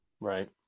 Right